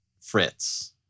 Fritz